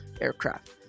aircraft